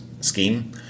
scheme